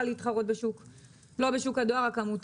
כך שהיא לא יכולה להתחרות לא בשוק הדואר הכמותי,